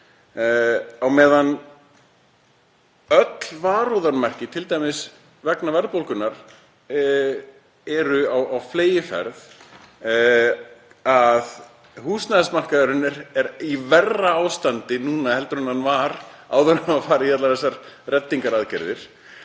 á meðan öll varúðarmerki, t.d. vegna verðbólgunnar, eru á fleygiferð. Húsnæðismarkaðurinn er í verra ástandi núna en hann var áður en farið var í allar þessar reddingaraðgerðir.